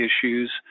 issues